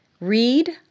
read